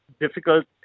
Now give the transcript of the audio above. difficult